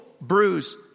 bruise